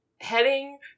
heading